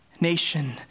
nation